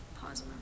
pause